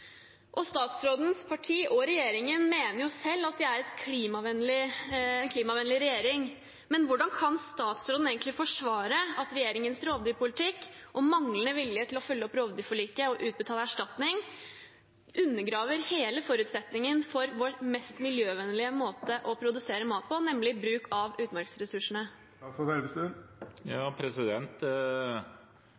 Statsrådens parti og regjeringen mener selv at de er en klimavennlig regjering, men hvordan kan statsråden egentlig forsvare at regjeringens rovdyrpolitikk og manglende vilje til å følge opp rovdyrforliket og utbetale erstatning undergraver hele forutsetningen for vår mest miljøvennlige måte å produsere mat på, nemlig ved bruk av utmarksressursene?